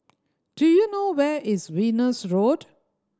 do you know where is Venus Road